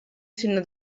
sinó